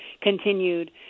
continued